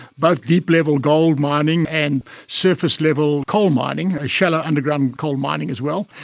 both deep level goldmining and surface level coal mining, shallow underground coal mining as well.